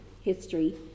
history